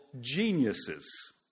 geniuses